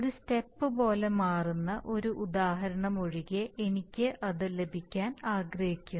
ഒരു സ്റ്റെപ്പ് പോലെ മാറുന്ന ഒരു ഉദാഹരണം ഒഴികെ എനിക്ക് അത് ലഭിക്കാൻ ആഗ്രഹിക്കുന്നു